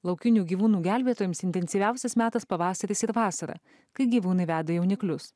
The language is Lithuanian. laukinių gyvūnų gelbėtojams intensyviausias metas pavasaris ir vasara kai gyvūnai veda jauniklius